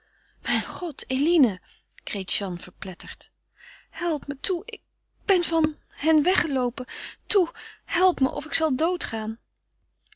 mijn god eline kreet jeanne verpletterd help me toe ik ben van hen weggeloopen toe help me of ik zal doodgaan